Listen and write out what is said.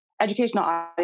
Educational